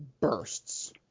bursts